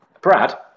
Brad